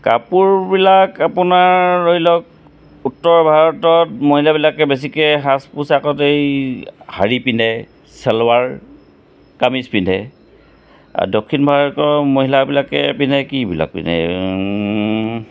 কাপোৰবিলাক আপোনাৰ ধৰি লওক উত্তৰ ভাৰতত মহিলাবিলাকে বেছিকৈ সাজ পোছাকত এই শাৰী পিন্ধে চেলৱাৰ কামিজ পিন্ধে আৰু দক্ষিণ ভাৰতৰ মহিলাবিলাকে পিন্ধে কিবিলাক পিন্ধে